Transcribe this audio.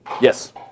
Yes